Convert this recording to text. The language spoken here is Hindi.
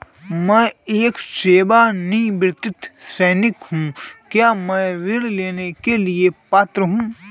मैं एक सेवानिवृत्त सैनिक हूँ क्या मैं ऋण लेने के लिए पात्र हूँ?